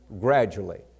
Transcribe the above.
gradually